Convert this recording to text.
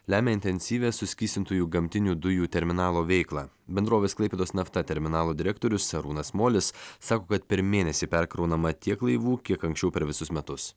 lemia intensyvią suskystintųjų gamtinių dujų terminalo veiklą bendrovės klaipėdos nafta terminalo direktorius arūnas molis sako kad per mėnesį perkraunama tiek laivų kiek anksčiau per visus metus